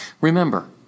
Remember